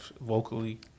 Vocally